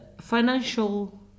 financial